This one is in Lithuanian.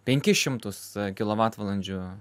penkis šimtus kilovatvalandžių